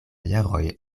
jaroj